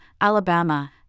Alabama